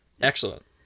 excellent